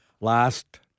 last